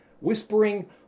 whispering